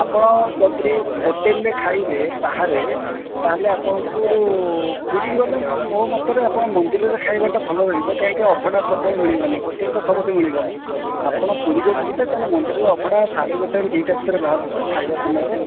ଆପଣ ଯଦି ହୋଟେଲ ରେ ଖାଇବେ ବାହାରେ ତାହେଲେ ଆପଣଙ୍କୁ ପୁରୀ ଗଲେ ମୋ ମତରେ ଆପଣ ମନ୍ଦିରରେ ଖାଇବା ଟା ଭଲ ରହିବ କାହିଁକି ଅଭଡ଼ା ସବୁବେଳେ ମିଳିବନି ହୋଟେଲ ତ ସବୁବେଳେ ମିଳିବ ଆପଣ ପୁରୀ ଯଦି ଯିବେ ତାହେଲେ ମନ୍ଦିରରେ ଅଭଡ଼ା ସାଢେ ଗୋଟେ ରୁ ଦୁଇ ଟା ଭିତରେ ବାହାରୁଛି ଖାଇବା ସମୟରେ